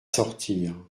sortir